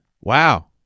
Wow